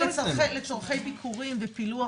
לצרכי ביקורים ופילוח,